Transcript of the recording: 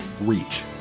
reach